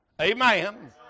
Amen